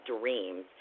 dreams